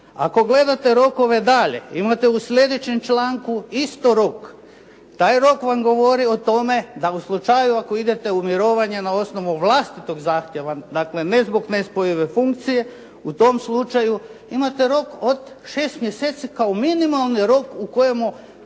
Ako gledate rokove dalje, imate u sljedećem članku isto rok, taj rok vam govori o tome da u slučaju ako idete u mirovanje na osnovu vlastitog zahtjeva, dakle, ne zbog nespojive funkcije u tom slučaju imate rok od 6 mjeseci kao minimalni rok u kojemu